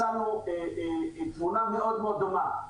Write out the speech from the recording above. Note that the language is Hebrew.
מצאנו תמונה מאוד מאוד דומה.